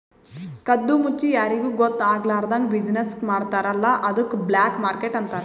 ಕದ್ದು ಮುಚ್ಚಿ ಯಾರಿಗೂ ಗೊತ್ತ ಆಗ್ಲಾರ್ದಂಗ್ ಬಿಸಿನ್ನೆಸ್ ಮಾಡ್ತಾರ ಅಲ್ಲ ಅದ್ದುಕ್ ಬ್ಲ್ಯಾಕ್ ಮಾರ್ಕೆಟ್ ಅಂತಾರ್